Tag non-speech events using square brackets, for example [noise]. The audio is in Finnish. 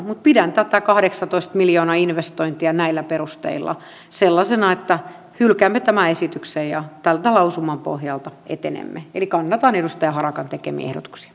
[unintelligible] mutta pidän tätä kahdeksantoista miljoonan investointia näillä perusteilla sellaisena että hylkäämme tämän esityksen ja tältä lausuman pohjalta etenemme eli kannatan edustaja harakan tekemiä ehdotuksia [unintelligible]